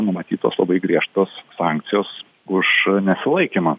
numatytos labai griežtos sankcijos už nesilaikymą